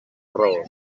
raó